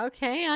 Okay